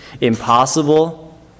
impossible